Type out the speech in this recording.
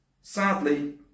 Sadly